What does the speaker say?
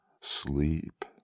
sleep